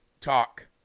Talk